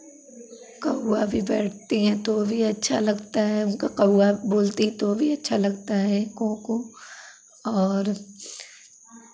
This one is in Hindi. कौवा भी बैठती हैं तो भी अच्छा लगता है उनका कौवा बोलती हैं तो भी अच्छा लगता है काें काें और